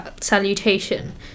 salutation